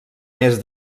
més